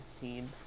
team